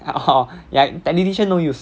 hor hor television no use